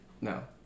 No